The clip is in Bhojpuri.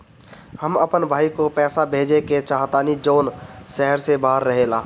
हम अपन भाई को पैसा भेजे के चाहतानी जौन शहर से बाहर रहेला